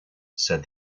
said